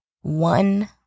One